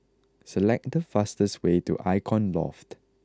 select the fastest way to Icon Loft